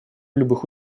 любых